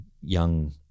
young